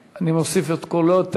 אני מוסיף את קולו של סגן השר.